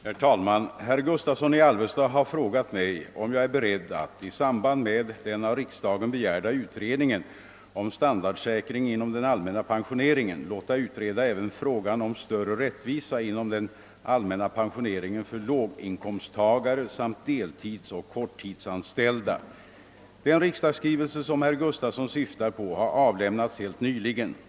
Herr talman! Herr Gustavsson i Alvesta har frågat mig om jag är beredd att i samband med den av riksdagen begärda utredningen om standardsäkring inom den allmänna pensioneringen låta utreda även frågan om större rättvisa inom den allmänna pensioneringen för låginkomsttagare samt deltidsoch korttidsanställda. Den riksdagsskrivelse som herr Gustavsson syftar på har avlämnats helt nyligen.